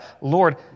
Lord